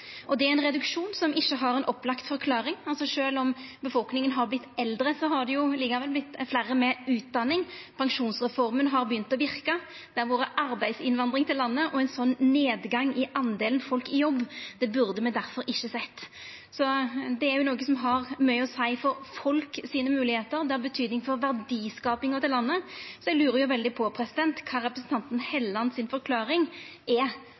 då. Det er ein reduksjon som ikkje har ei opplagd forklaring – sjølv om befolkninga har vorte eldre, har det likevel vorte fleire med utdanning, pensjonsreforma har begynt å verka, det har vore arbeidsinnvandring til landet. Ein sånn nedgang i delen folk i jobb burde me derfor ikkje sett. Det er noko som har mykje å seia for folk sine moglegheiter, og det har betyding for verdiskapinga til landet. Eg lurar veldig på kva som er representanten Helleland si forklaring